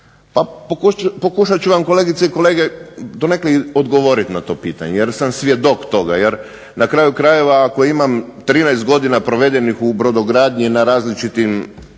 Pokušat ću vam kolegice i kolege donekle i odgovorit na to pitanje jer sam svjedok toga. Jer na kraju krajeva, ako imam 13 godina provedenih u brodogradnji na različitim